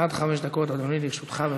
עד חמש דקות לרשותך, אדוני.